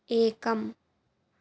एकम्